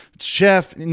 chef